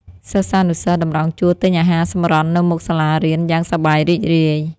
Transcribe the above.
សិស្សានុសិស្សតម្រង់ជួរទិញអាហារសម្រន់នៅមុខសាលារៀន យ៉ាងសប្បាយរីករាយ។